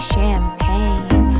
Champagne